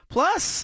Plus